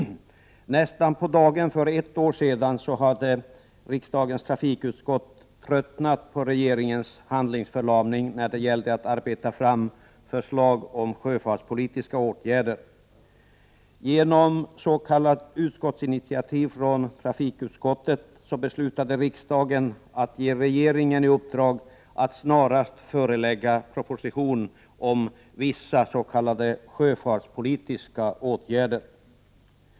Nästan på dagen för ett år sedan hade riksdagens trafikutskott tröttnat på regeringens handlingsförlamning när det gällde att arbeta fram förslag om sjöfartspolitiska åtgärder. Genom ett s.k. utskottsinitiativ från trafikutskottet beslutade riksdagen att ge regeringen i uppdrag att snarast framlägga en proposition om ”vissa sjöfartspolitiska åtgärder”.